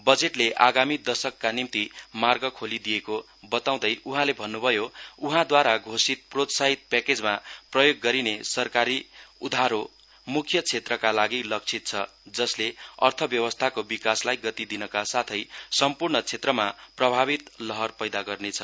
बजेटले आगामी दशकका निम्ति मार्ग खोलि दिएको बताउँदै उहाँले भन्नुभयो उहाँद्वारा घोषित प्रोत्साहित प्याकेजमा प्रयोग गरिने सरकारी उधारो मुख्य क्षेत्रका लागि लक्षीत छ जसले अथव्यवस्था को विकासलाई गति दिनका साथै सम्पूर्ण क्षेत्रमा प्रभावित लहर पैदा गर्नेछ